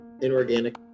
inorganic